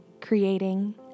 creating